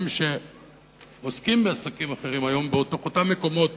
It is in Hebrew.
שעוסקים היום בעסקים אחרים באותם מקומות